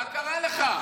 מה קרה לך?